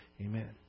Amen